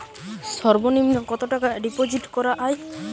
সর্ব নিম্ন কতটাকা ডিপোজিট করা য়ায়?